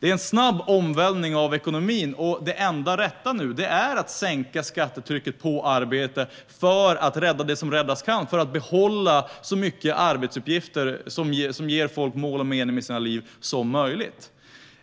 Det är en snabb omvälvning av ekonomin, och det enda rätta nu är att sänka skattetrycket på arbete för att rädda det som räddas kan och behålla så många arbetsuppgifter som möjligt som ger folk mål och mening i deras liv.